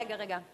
רגע, רגע.